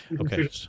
Okay